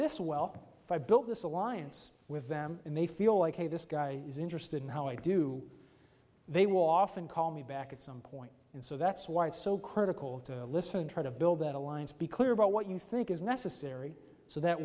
this well if i built this alliance with them and they feel like hey this guy is interested in how i do they will often call me back at some point and so that's why it's so critical to listen and try to build that alliance be clear about what you think is necessary so that